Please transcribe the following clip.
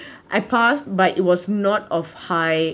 I passed but it was not of high